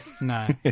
No